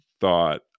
thought